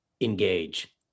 engage